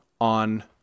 on